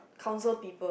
counsel people